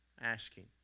asking